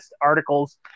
articles